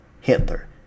Hitler